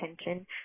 attention